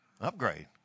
upgrade